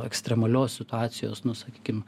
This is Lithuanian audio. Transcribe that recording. ekstremalios situacijos nu sakykim